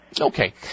Okay